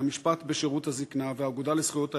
"המשפט בשירות הזיקנה" והאגודה לזכויות האזרח,